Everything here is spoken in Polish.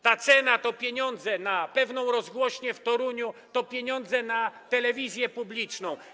Ta cena to pieniądze na pewną rozgłośnię w Toruniu, to pieniądze na telewizję publiczną.